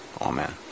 Amen